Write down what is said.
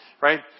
right